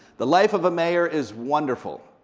the life of a mayor is wonderful.